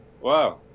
Wow